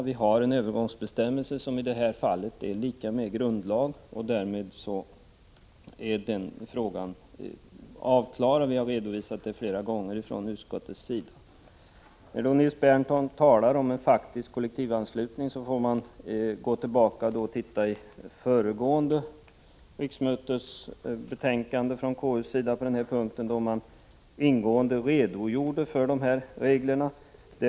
Vi har en övergångsbestämmelse som i detta fall är lika med grundlag, och därmed är den frågan avklarad. Vi har redovisat det flera gånger från utskottet. När Nils Berndtson talar om en faktisk kollektivanslutning får man gå tillbaka och titta i konstitutionsutskottets betänkande från föregående riksmöte på denna punkt, där man ingående redogjorde för dessa regler.